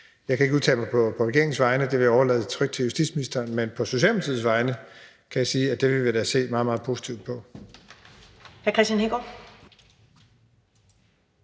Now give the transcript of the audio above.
Jeg kan ikke udtale mig på regeringens vegne. Det vil jeg trygt overlade til justitsministeren. Men på Socialdemokratiets vegne kan jeg sige, at det vil vi da se meget, meget positivt på.